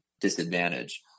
disadvantage